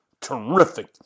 terrific